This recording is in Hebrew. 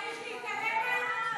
צריך להתעלם מהן?